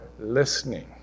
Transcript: listening